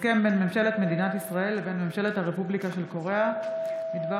הסכם בין ממשלת מדינת ישראל לבין ממשלת הרפובליקה של קוריאה בדבר